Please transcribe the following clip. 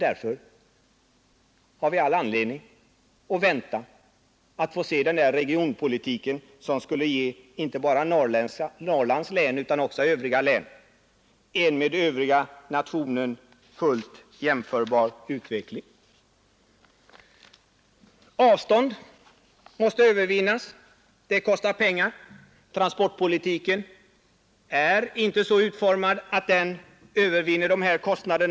Därför har vi all anledning att vänta att få se den där regionpolitiken som skulle ge inte bara Norrlands län utan också övriga län en med övriga nationen fullt jämförbar utveckling. Avstånd måste övervinnas. Det kostar pengar. Transportpolitiken är ännu inte så utformad att den övervinner dessa kostnader.